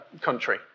country